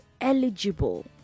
eligible